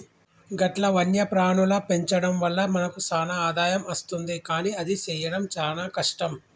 గట్ల వన్యప్రాణుల పెంచడం వల్ల మనకు సాన ఆదాయం అస్తుంది కానీ అది సెయ్యడం సాన కష్టం